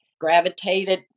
gravitated